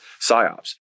Psyops